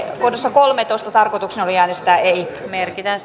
kolmetoista tarkoitukseni oli äänestää ei merkitään